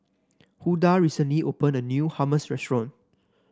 Huldah recently open a new Hummus restaurant